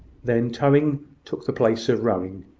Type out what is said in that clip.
then towing took the place of rowing,